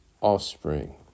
offspring